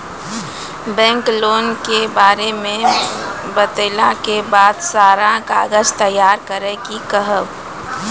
Bank loan के बारे मे बतेला के बाद सारा कागज तैयार करे के कहब?